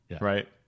Right